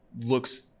looks